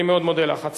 אני מאוד מודה לך.